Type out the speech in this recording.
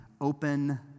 open